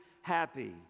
happy